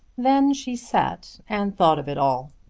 then she sat and thought of it all.